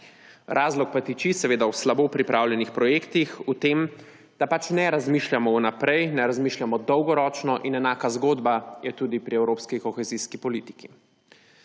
razlog pa tiči seveda v slabo pripravljenih projektih, v tem, da pač ne razmišljamo vnaprej, ne razmišljamo dolgoročno in enaka zgodba je tudi pri evropski kohezijski politiki.